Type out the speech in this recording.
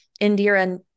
Indira